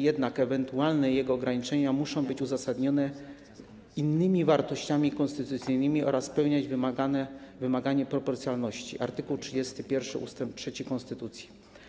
jednak ewentualne jego ograniczenia muszą być uzasadnione innymi wartościami konstytucyjnymi oraz spełniać wymaganie proporcjonalności, art. 31 ust. 3 konstytucji.